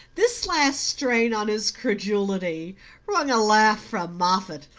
this last strain on his credulity wrung a laugh from moffatt.